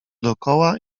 dokoła